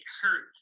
hurt